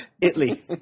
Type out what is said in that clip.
Italy